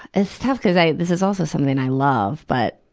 it's tough, cuz i, this is also something i love. but,